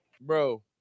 Bro